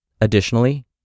Additionally